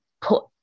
put